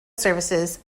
services